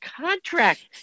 contract